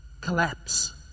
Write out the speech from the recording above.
collapse